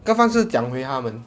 一个方式讲回他们